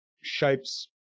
shapes